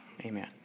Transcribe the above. Amen